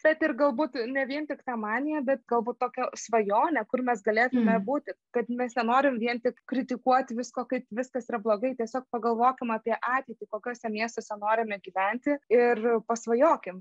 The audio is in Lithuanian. taip ir galbūt ne vien tik ta manija bet galbūt tokia svajonė kur mes galėtume būti kad mes nenorim vien tik kritikuot visko kad viskas yra blogai tiesiog pagalvokime apie ateitį kokiuose miestuose norime gyventi ir pasvajokim